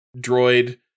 droid